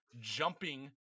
jumping